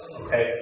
okay